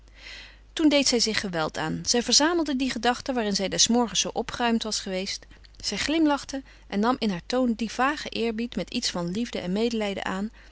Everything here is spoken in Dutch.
toen deed zij zich geweld aan zij verzamelde die gedachten waarin zij des morgens zoo opgeruimd was geweest zij glimlachte en nam in haar toon dien vagen eerbied met iets van liefde en medelijden aan